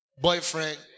boyfriend